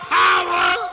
power